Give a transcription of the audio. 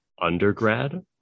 undergrad